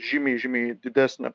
žymiai žymiai didesnė